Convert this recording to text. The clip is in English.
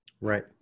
Right